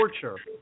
torture